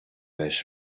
بهش